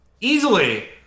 Easily